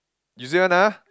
you say one ah